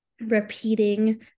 repeating